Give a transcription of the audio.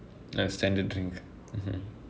ya standard drink